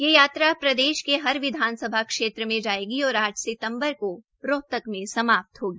यह यात्रा प्रदेश के हर विधानसभा क्षेत्र में जायेगा और आठ सितम्बर से रोहतक में समाप्त होगी